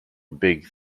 big